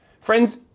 Friends